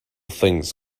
things